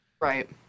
Right